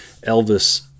elvis